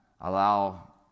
allow